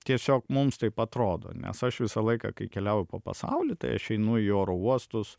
tiesiog mums taip atrodo nes aš visą laiką kai keliauju po pasaulį tai aš einu į oro uostus